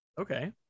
Okay